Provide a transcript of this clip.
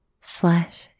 slash